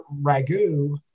ragu